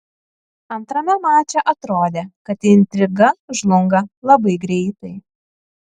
antrame mače atrodė kad intriga žlunga labai greitai